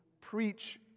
preach